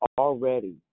already